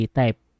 type